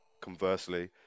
Conversely